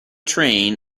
train